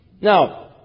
Now